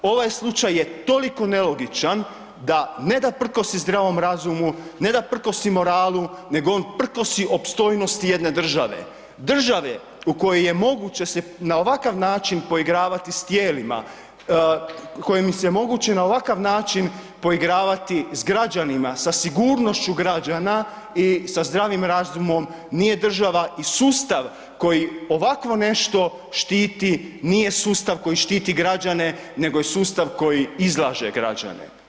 Ovaj slučaj je toliko nelogičan da ne da prkosi zdravom razumu, ne da prkosi moralu, nego on prkosi opstojnosti jedne države, države u kojoj je moguće se na ovakav način poigravati s tijelima, kojim se moguće na ovakav način poigravati s građanima, sa sigurnošću građana i sa zdravim razumom, nije država i sustav koji ovakvo nešto štiti nije sustav koji štiti građane nego je sustav koji izlaže građane.